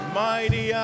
mighty